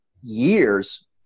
years